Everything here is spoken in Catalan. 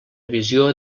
visió